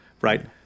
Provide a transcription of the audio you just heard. right